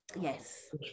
Yes